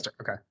Okay